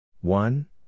One